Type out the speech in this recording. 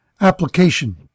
application